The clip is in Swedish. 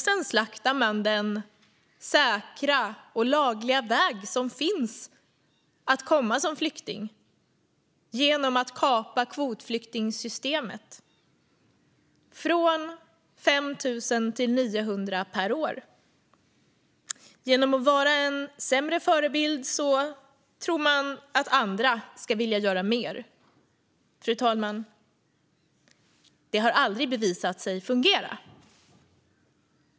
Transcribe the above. Sedan slaktar man den säkra och lagliga väg som finns att komma som flykting genom att kapa kvotflyktingsystemet - från 5 000 till 900 per år. Genom att vara en sämre förebild tror man att andra ska vilja göra mer. Det har aldrig blivit bevisat, fru talman, att det fungerar.